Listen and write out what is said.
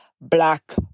black